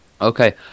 Okay